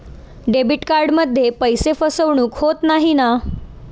Debit कार्डमध्ये पैसे फसवणूक होत नाही ना?